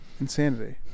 insanity